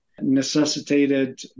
Necessitated